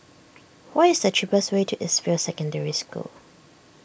what is the cheapest way to East View Secondary School